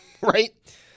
right